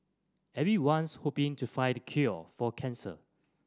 everyone's hoping to find the cure for cancer